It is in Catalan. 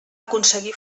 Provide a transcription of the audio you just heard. aconseguir